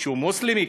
שהוא מוסלמי,